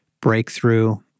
breakthrough